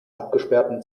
abgesperrten